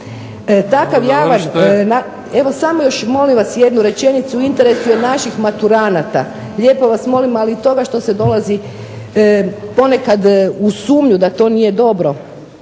Samo još jednu rečenicu, u interesu je naših maturanata, lijepo vas molim, ali i toga što se donosi nekada u sumnju da nije dobro,